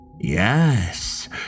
Yes